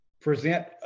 present